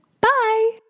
bye